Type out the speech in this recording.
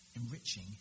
enriching